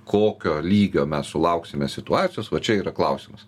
kokio lygio mes sulauksime situacijos va čia yra klausimas